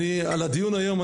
על הדיון היום,